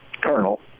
colonel